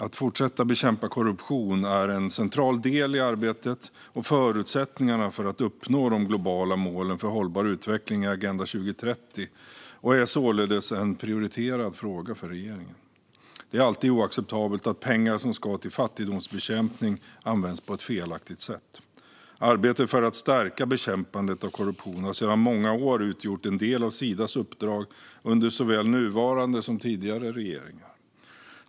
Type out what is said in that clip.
Att fortsätta att bekämpa korruption är en central del i arbetet och förutsättningarna för att uppnå de globala målen för hållbar utveckling i Agenda 2030. Det är således en prioriterad fråga för regeringen. Det är alltid oacceptabelt att pengar som ska gå till fattigdomsbekämpning används på ett felaktigt sätt. Arbetet för att stärka bekämpandet av korruption har sedan många år utgjort en del av Sidas uppdrag under såväl nuvarande som tidigare regeringar.